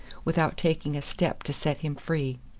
without taking a step to set him free.